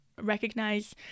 recognize